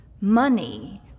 money